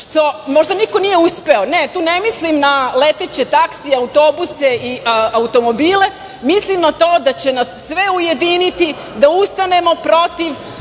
možda niko nije uspeo. Ne, tu ne mislim na leteće taksije, autobuse i automobile, mislim na to da će nas sve ujediniti da ustanemo protiv